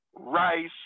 rice